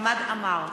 חמד עמאר,